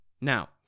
Now